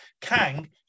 Kang